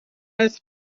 his